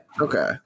okay